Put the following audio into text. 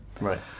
Right